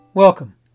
Welcome